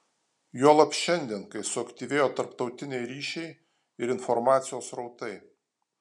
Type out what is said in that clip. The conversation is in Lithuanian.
juolab šiandien kai suaktyvėjo tarptautiniai ryšiai ir informacijos srautai